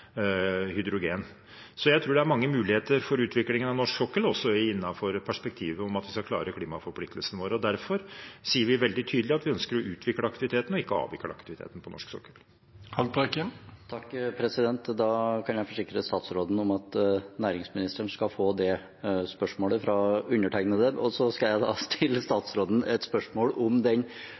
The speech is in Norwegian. hydrogen. Jeg tror det er mange muligheter for utviklingen av norsk sokkel, også innenfor perspektivet om at vi skal klare klimaforpliktelsene våre. Derfor sier vi veldig tydelig at vi ønsker å utvikle og ikke avvikle aktiviteten på norsk sokkel. Da kan jeg forsikre statsråden om at næringsministeren skal få det spørsmålet fra undertegnede. Så skal jeg stille statsråden et spørsmål om den